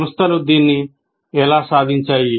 సంస్థలు దీన్ని ఎలా సాధించాయి